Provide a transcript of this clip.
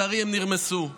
הן נרמסו.